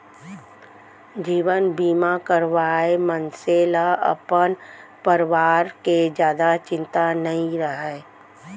जीवन बीमा करवाए मनसे ल अपन परवार के जादा चिंता नइ रहय